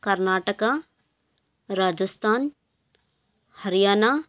Karnataka Rajasthan Haryana